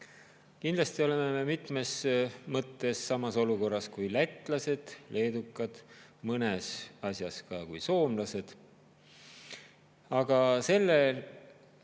Kindlasti oleme me mitmes mõttes samas olukorras kui lätlased, leedukad, mõnes asjas ka kui soomlased. Aga selle dilemma